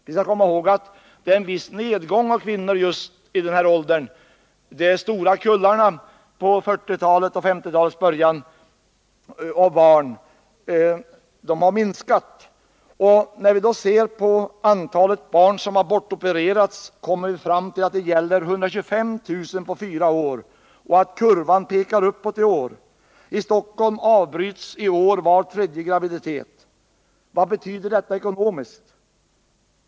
Vi skall komma ihåg att det f.n. är en viss nedgång i antalet kvinnor i fruktsam ålder i jämförelse med de stora kullarna från 1940-talet och 1950-talets början. Och när vi ser på antalet barn som har bortopererats kommer vi fram till att det gäller 125 000 på fyra år och att kurvan pekar uppåt i år. I Stockholm avbryts i år var tredje graviditet. Vad betyder detta ekonomiskt?